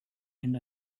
and